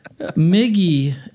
Miggy